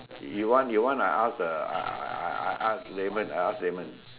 you want you want I ask uh I I I ask Leman I ask Leman